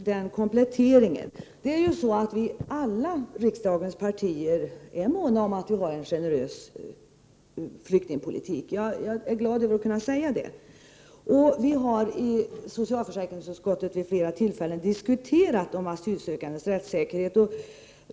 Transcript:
Herr talman! Jag tackar för kompletteringen. Vi ärialla riksdagens partier måna om att vi har en generös flyktingpolitik. Jag är glad över att kunna säga detta. Vi har vid flera tillfällen i socialförsäkringsutskottet diskuterat de asylsökandes rättssäkerhet.